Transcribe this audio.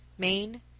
maine,